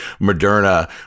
Moderna